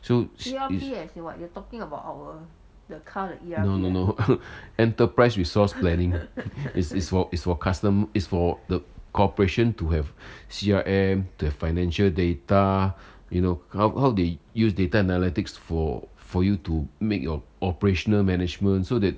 so c~ is no no no enterprise resource planning is is for customer is for the cooperation to have C_R_M to have financial data you know how how they use data analytics for for you to make your operational management so that